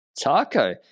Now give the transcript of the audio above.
Taco